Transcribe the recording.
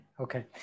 okay